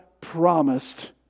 promised